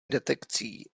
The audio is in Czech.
detekcí